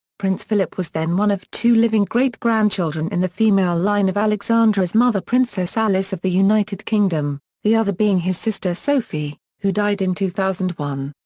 prince philip was then one of two living great-grandchildren in the female line of alexandra's mother princess alice of the united kingdom, the other being his sister sophie, who died in two thousand and one.